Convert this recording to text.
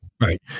Right